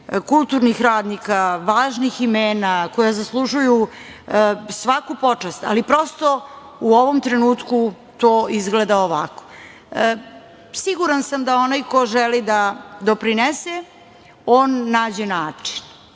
kulturnih radnika, važnih imena koja zaslužuju svaku počast, ali prosto u ovom trenutku to izgleda ovako. Sigurna sam da onaj ko želi da doprinese, on nađe način.